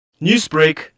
Newsbreak